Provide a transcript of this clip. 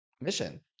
mission